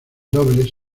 dobles